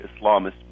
Islamists